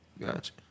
Gotcha